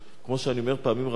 כמו שאני אומר פעמים רבות,